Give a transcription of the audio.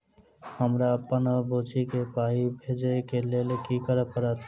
हमरा अप्पन बुची केँ पाई भेजइ केँ लेल की करऽ पड़त?